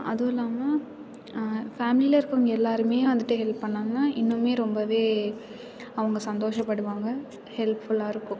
அதுவும் இல்லாமல் ஃபேமிலியில இருக்கிறவங்க எல்லாருமே வந்துவிட்டு ஹெல்ப் பண்ணாங்கன்னா இன்னுமே ரொம்பவே அவங்க சந்தோஷப்படுவாங்க ஹெல்ப்ஃபுல்லாக இருக்கும்